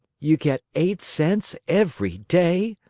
ye get eight cents every day?